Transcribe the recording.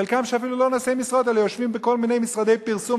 חלקם אפילו לא נושאי משרות אלא יושבים בכל מיני משרדי פרסום,